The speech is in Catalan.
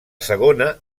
segona